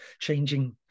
changing